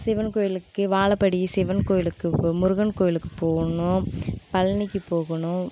சிவன் கோவிலுக்கு வாழப்பாடி சிவன் கோவிலுக்கு முருகன் கோவிலுக்கு போகணும் பழனிக்கு போகணும்